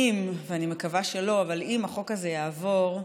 אם החוק הזה יעבור,